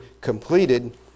completed